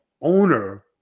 owner